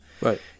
Right